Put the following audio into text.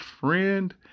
friend